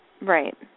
Right